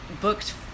booked